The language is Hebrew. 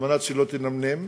על מנת שלא תנמנם,